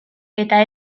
eta